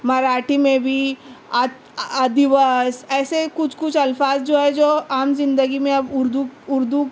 مراٹھی میں بھی آدھیواس ایسے کچھ کچھ الفاظ جو ہے جو عام زندگی میں اب اُردو اُردو